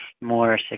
more